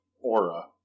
aura